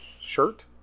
shirt